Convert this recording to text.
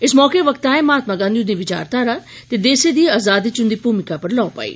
इस मौके वक्ताएं महात्मा गांधी हुंदी विचाख्यारा ते देसै दी आजादी च उंदी भूमिका पर लोऽ पाई